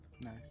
Nice